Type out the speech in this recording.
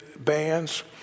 bands